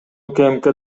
укмк